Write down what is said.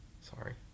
sorry